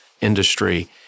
industry